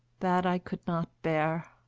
that i could not bear.